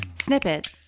Snippet